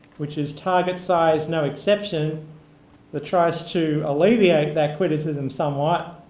which is target size no exception that tries to alleviate that criticism somewhat,